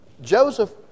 Joseph